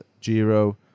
Giro